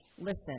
Listen